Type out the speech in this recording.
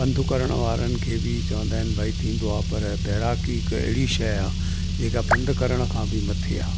पंध करण वारनि खे बि चवंदा आहिनि भाई थींदो आहे पर तैरकी हिकु अहिड़ी शइ आहे जेका पंध करण खां बि मथे आहे